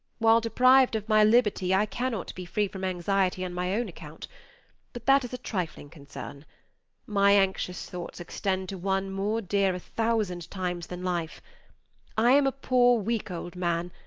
while deprived of my liberty i cannot be free from anxiety on my own account but that is a trifling concern my anxious thoughts extend to one more dear a thousand times than life i am a poor weak old man,